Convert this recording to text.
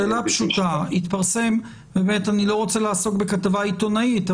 שאלה פשוטה אני לא רוצה לעסוק בכתבה עיתונאית,